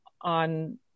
on